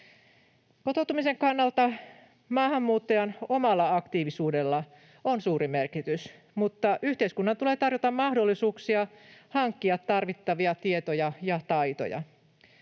Kotoutumisen kannalta maahanmuuttajan omalla aktiivisuudella on suuri merkitys, mutta yhteiskunnan tulee tarjota mahdollisuuksia hankkia tarvittavia tietoja ja taitoja.